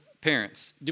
parents